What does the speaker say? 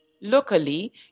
locally